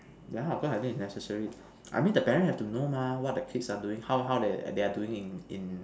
yeah of course I think it's necessary I mean the parents have to know mah what the kids are doing how how they they are doing in in